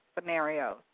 scenarios